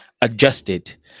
adjusted